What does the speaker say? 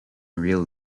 real